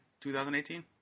2018